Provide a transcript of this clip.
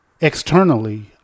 Externally